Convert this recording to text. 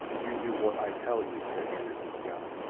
you do wot ay tal you, said anderssen, scowling.